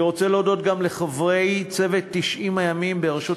אני רוצה להודות גם לחברי צוות 90 הימים בראשות